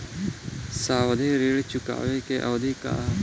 सावधि ऋण चुकावे के अवधि का ह?